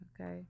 Okay